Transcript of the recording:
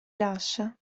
lascia